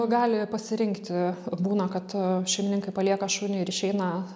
gali pasirinkti būna kad šeimininkai palieka šunį ir išeina